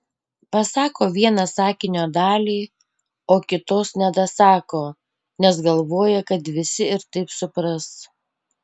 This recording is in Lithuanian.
pasako vieną sakinio dalį o kitos nedasako nes galvoja kad visi ir taip supras